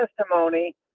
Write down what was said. testimony